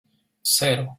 cero